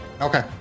Okay